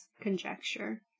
conjecture